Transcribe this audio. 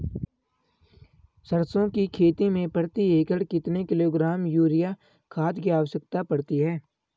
सरसों की खेती में प्रति एकड़ कितने किलोग्राम यूरिया खाद की आवश्यकता पड़ती है?